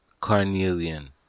carnelian